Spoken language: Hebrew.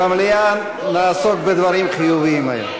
במליאה נעסוק בדברים חיוביים היום.